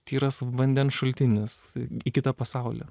tyras vandens šaltinis į kitą pasaulį